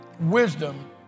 Wisdom